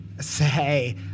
say